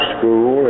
School